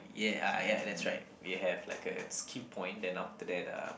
yeah ah ya that's right we have like a skill point then after that uh